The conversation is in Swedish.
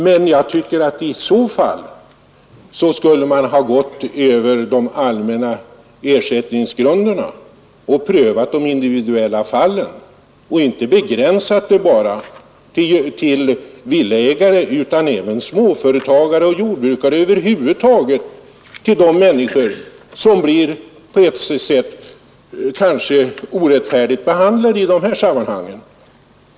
Men jag tycker att man i så fall skulle ha gått efter de allmänna ersättningsgrunderna och prövat de individuella fallen och inte begränsat det bara till villaägarna utan även innefattat småföretagare och jordbrukare — över huvud taget människor som annars skulle riskera att bli orättfärdigt behandlade i dessa sammanhang.